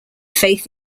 faith